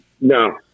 No